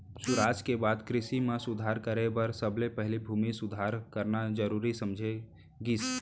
सुराज के बाद कृसि म सुधार करे बर सबले पहिली भूमि सुधार करना जरूरी समझे गिस